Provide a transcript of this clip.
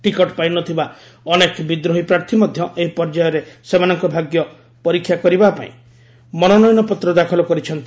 ticket ପାଇନଥିବା ଅନେକ ବିଦ୍ରୋହୀ ପ୍ରାର୍ଥୀ ମଧ୍ୟ ଏହି ପର୍ଯ୍ୟାରେ ସେମାନଙ୍କ ଭାଗ୍ୟ ପରୀକ୍ଷା କରିବା ପାଇଁ ମନୋନୟନ ପତ୍ର ଦାଖଲ କରିଛନ୍ତି